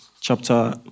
chapter